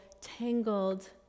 tangled